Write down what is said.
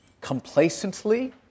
complacently